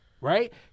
Right